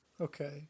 okay